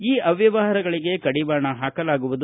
ಈ ಅವ್ಯವಹಾರಗಳಿಗೆ ಕಡಿವಾಣ ಹಾಕಲಾಗುವುದು